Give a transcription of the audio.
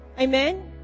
Amen